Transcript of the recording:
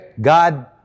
God